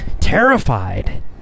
terrified